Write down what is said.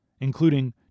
including